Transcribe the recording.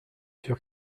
sûr